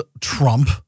Trump